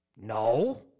No